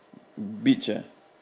beach ah